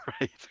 Right